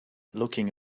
looking